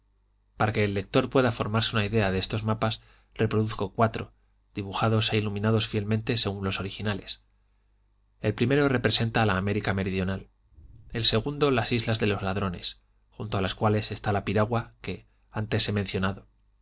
para que el lector pueda formarse una idea de estos mapas reproduzco cuatro dibujados e iluminados fielmente según los originales el primero representa la américa meridional el segundo las islas de los ladrones junto a las cuales está la piragua que antes he mencionado